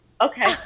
Okay